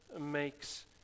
makes